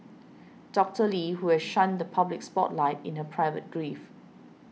Doctor Lee who has shunned the public spotlight in her private grief